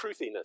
truthiness